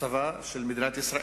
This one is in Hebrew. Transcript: הצבא של מדינת ישראל,